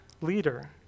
leader